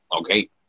okay